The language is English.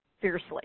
fiercely